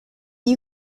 you